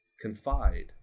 confide